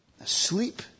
Asleep